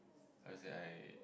how to say I